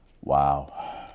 Wow